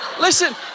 listen